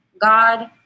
God